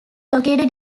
located